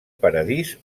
paradís